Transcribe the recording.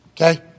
okay